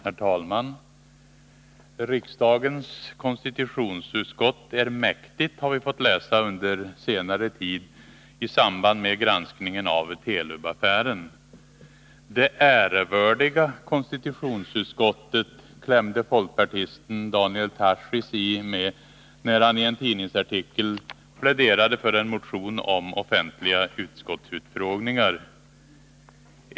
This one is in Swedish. Herr talman! Riksdagens konstitutionsutskott är mäktigt, har vi fått läsa under senare tid i samband med granskningen av Telubaffären. Det ”ärevördiga” konstitutionsutskottet, klämde folkpartisten Daniel Tarschys i med när han i en tidningsartikel pläderade för en motion om offentliga utskottsutfrågningar.